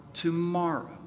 tomorrow